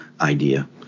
idea